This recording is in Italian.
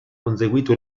conseguito